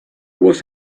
was